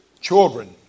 children